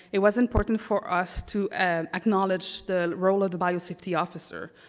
it was important for us to acknowledge the role of the biosafety officer.